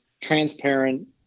transparent